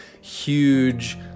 huge